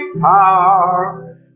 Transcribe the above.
power